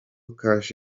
cash